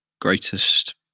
greatest